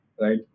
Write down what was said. right